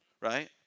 right